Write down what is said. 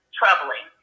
troubling